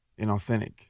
inauthentic